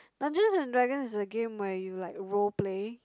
Dungeons and dragon is a game where you like role play